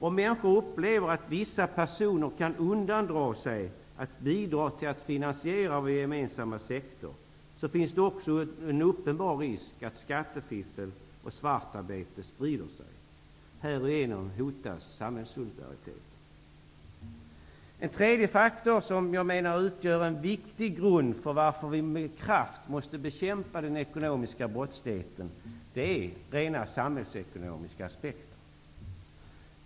Om människor upplever att vissa personer kan undandra sig att bidra till att finansiera vår gemensamma sektor, finns det också en uppenbar risk att skattefiffel och svartarbete sprider sig. Härigenom hotas samhällssolidariteten. En tredje faktor som jag menar utgör en viktig grund för att vi med kraft måste bekämpa den ekonomiska brottsligheten är rent samhällsekonomiska aspekter.